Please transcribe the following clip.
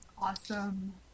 awesome